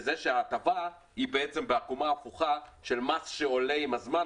בזה שההטבה היא בעקומה הפוכה של מס שעולה עם הזמן,